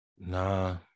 nah